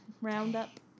roundup